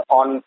on